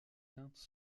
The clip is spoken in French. teintes